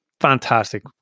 fantastic